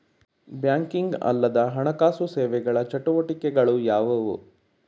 Banking ಅಲ್ಲದ ಹಣಕಾಸು ಸೇವೆಗಳ ಚಟುವಟಿಕೆಗಳು ಯಾವುವು?